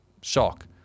shock